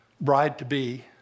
bride-to-be